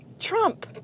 Trump